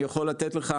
אני יכול לתת לך: